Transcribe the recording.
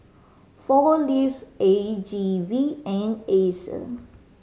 Four Leaves A G V and Acer